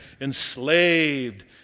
Enslaved